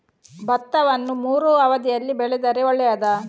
ಭತ್ತವನ್ನು ಮೂರೂ ಅವಧಿಯಲ್ಲಿ ಬೆಳೆದರೆ ಒಳ್ಳೆಯದಾ?